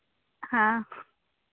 हाँ